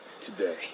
today